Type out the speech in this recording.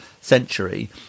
century